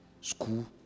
School